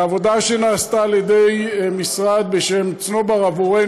בעבודה שנעשתה על ידי משרד בשם "צנובר" עבורנו,